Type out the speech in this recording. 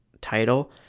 title